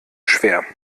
schwer